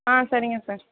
ஆ சரிங்க சார்